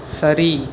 சரி